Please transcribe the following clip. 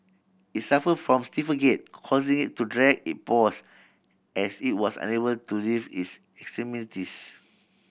it suffer from stiffer gait causing it to drag it paws as it was unable to lift its extremities